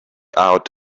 out